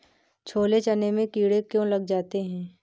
छोले चने में कीड़े क्यो लग जाते हैं?